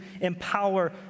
empower